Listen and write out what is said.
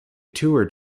toured